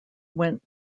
went